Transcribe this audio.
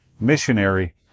missionary